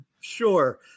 Sure